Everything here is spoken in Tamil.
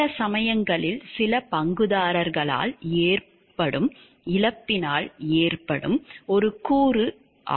சில சமயங்களில் சில பங்குதாரர்களால் ஏற்படும் இழப்பினால் ஏற்படும் ஒரு கூறு ஆகும்